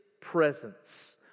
presence